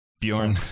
Bjorn